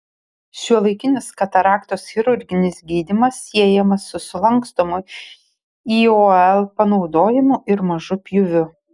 šiuolaikinis kataraktos chirurginis gydymas siejamas su sulankstomų iol panaudojimu ir mažu pjūviu